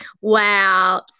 Wow